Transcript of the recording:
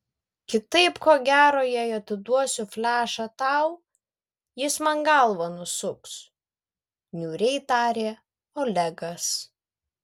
kitaip ko gero jei atiduosiu flešą tau jis man galvą nusuks niūriai tarė olegas